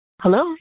Hello